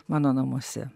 mano namuose